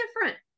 different